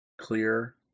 clear